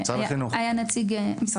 משרד